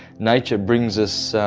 nature brings us,